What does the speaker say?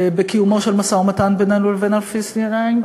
בקיומו של משא-ומתן בינינו לבין הפלסטינים.